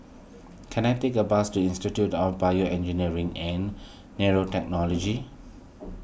can I take a bus to Institute of BioEngineering and Nanotechnology